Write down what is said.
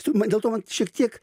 sakau man dėl to man šiek tiek